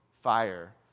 fire